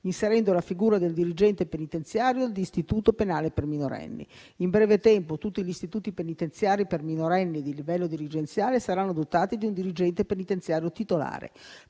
inserendo la figura del dirigente penitenziario d'istituto penale per minorenni. In breve tempo, tutti gli istituti penitenziari per minorenni di livello dirigenziale saranno dotati di un dirigente penitenziario titolare.